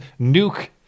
nuke